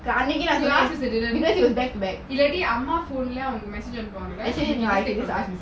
இல்லாட்டி அம்மா:illati amma phone lah அவங்க:avanga message அனுப்புவாங்களா:anupuvangala we can just take from that